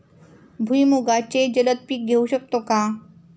भुईमुगाचे जलद पीक घेऊ शकतो का?